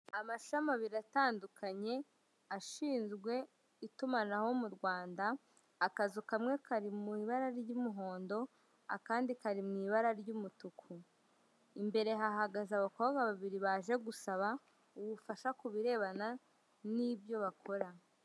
Amashami abiri atandukanye ashinzwe itumanaho mu Rwanda, akazu kamwe kari mu ibara ry'umuhondo akandi kari mu ibara ry'umutuku, imbere hahagaze abakobwa babiri baje gusaba ubufasha kubirebana n'ibyo bakora.